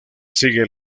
sigue